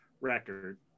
record